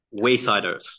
Waysiders